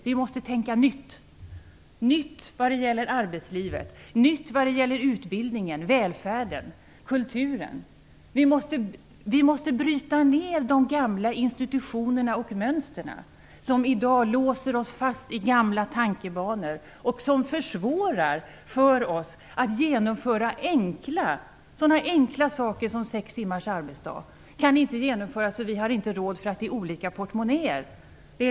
Vi måste tänka nytt. Nytt när det gäller arbetslivet, nytt när det gäller utbildningen, välfärden, kulturen. Vi måste bryta ner de gamla institutionerna och mönstren som i dag låser oss fast i gamla tankebanor och som försvårar för oss att genomföra sådana enkla saker som sex timmars arbetsdag. Nu säger man att det inte kan genomföras för vi har inte råd därför att det är olika portmonnäer.